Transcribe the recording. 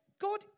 God